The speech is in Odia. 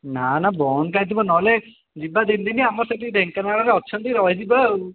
ନା ନା ବନ୍ଦ କାହିଁକି ଥିବ ନହେଲେ ଯିବା ଦି ଦିନ ଆମର ସେଠି ଢ଼େଙ୍କାନାଳରେ ଅଛନ୍ତି ରହିଯିବା ଆଉ